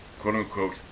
quote-unquote